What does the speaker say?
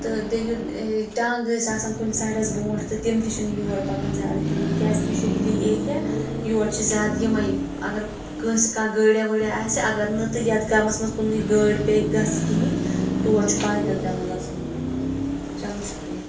تہٕ بیٚیہِ یِم ٹانٛگہٕ ٲسۍ آسان کُنہِ سایڈَس برونٛٹھ تہٕ تِم تہِ چھِنہٕ یور پَکان زیادٕ کِہیٖنۍ کیٛازِکہِ یہِ چھُ ہِلی ایریا یور چھِ زیادٕ یِمٕے اگر کٲنٛسہِ کانٛہہ گٲڑیٛا وٲڑیٛا آسہِ اگر نہٕ یَتھ گامَس منٛز کُنٕے گٲڑۍ پیٚیہِ گژھِ کِہیٖنۍ تور چھُ پایدَل پٮ۪وان گژھُن چلو شُکریہ